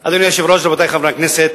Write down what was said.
אדוני היושב-ראש, רבותי חברי הכנסת,